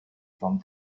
from